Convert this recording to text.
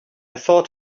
thought